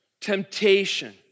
temptation